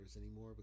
anymore